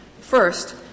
First